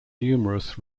numerous